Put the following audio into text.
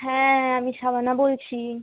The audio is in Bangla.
হ্যাঁ আমি শাবানা বলছি